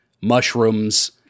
mushrooms